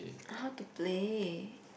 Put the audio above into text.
how to play